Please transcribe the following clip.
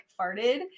farted